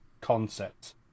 concept